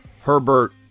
Herbert